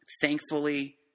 Thankfully